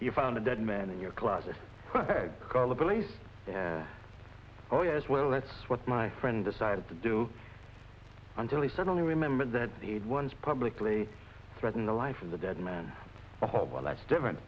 you found a dead man in your closet call the police oh yes well that's what my friend decided to do until he suddenly remembered that he'd once publicly threaten the life of the dead man well that's different